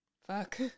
Fuck